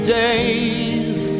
days